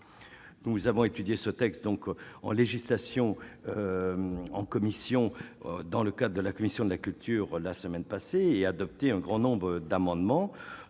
nous avons étudié ce texte donc en législation en commission, dans le cas de la commission de la culture, la semaine passée et adopter un grand nombre d'amendements,